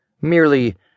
merely